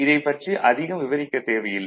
இதைப் பற்றி அதிகம் விவரிக்க தேவையில்லை